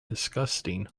disgusting